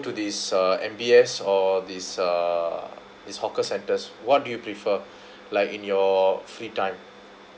to this uh M_B_S or this uh this hawker centres what do you prefer like in your free time